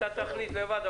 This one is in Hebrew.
ראשית,